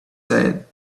said